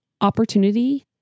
opportunity